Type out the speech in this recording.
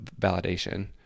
validation